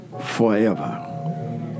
forever